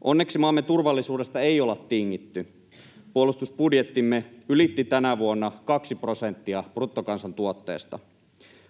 Onneksi maamme turvallisuudesta ei olla tingitty. Puolustusbudjettimme ylitti tänä vuonna 2 prosenttia bruttokansantuotteesta.